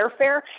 airfare